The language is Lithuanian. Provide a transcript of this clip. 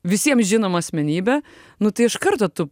visiem žinomą asmenybę nu tai iš karto tu